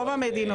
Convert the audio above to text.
רוב המדינות.